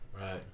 right